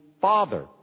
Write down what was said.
father